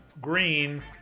green